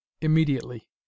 immediately